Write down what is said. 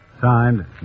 Signed